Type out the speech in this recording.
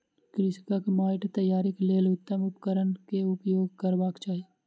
कृषकक माइट तैयारीक लेल उत्तम उपकरण केउपयोग करबाक चाही